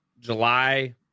July